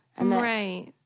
Right